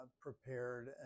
prepared